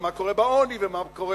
מה קורה בעוני ומה קורה